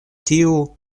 tiu